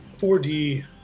4D